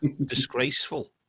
disgraceful